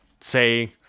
say